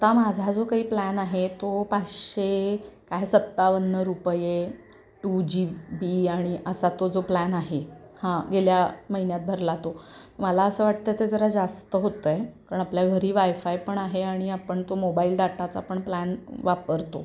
आता माझा जो काही प्लॅन आहे तो पाचशे काय सत्तावन्न रुपये टू जी बी आणि असा तो जो प्लॅन आहे हा गेल्या महिन्यात भरला तो मला असं वाटतं ते जरा जास्त होतं आहे कारण आपल्या घरी वायफाय पण आहे आणि आपण तो मोबाईल डाटाचा पण प्लॅन वापरतो